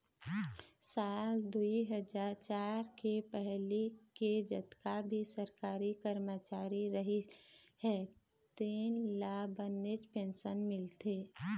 साल दुई हजार चार के पहिली के जतका भी सरकारी करमचारी रहिस हे तेन ल बनेच पेंशन मिलथे